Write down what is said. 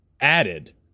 added